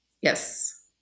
Yes